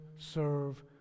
serve